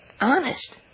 Honest